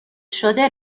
شده